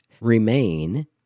remain